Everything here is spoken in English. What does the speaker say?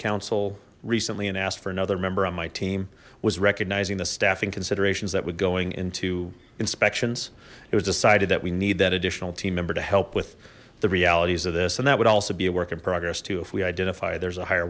council recently and asked for another member on my team was recognizing the staffing considerations that were going into inspections it was decided that we need that additional team member to help with the realities of this and that would also be a work in progress too if we identify there's a higher